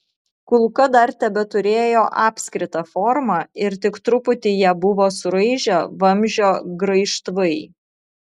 kulka dar tebeturėjo apskritą formą ir tik truputį ją buvo suraižę vamzdžio graižtvai